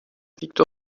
victor